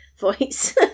voice